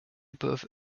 above